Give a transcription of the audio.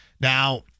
now